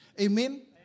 Amen